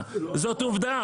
זאת עובדה.